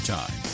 Time